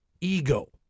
Ego